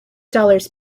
dollars